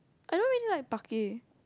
I don't really like parquet